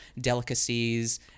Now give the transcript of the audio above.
delicacies